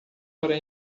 para